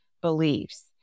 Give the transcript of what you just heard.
beliefs